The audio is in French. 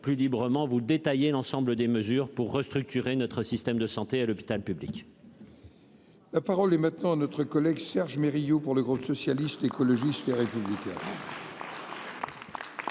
plus librement vous détailler l'ensemble des mesures pour restructurer notre système de santé à l'hôpital public. La parole est maintenant notre collègue Serge mais Rio pour le groupe socialiste, écologiste et républicain.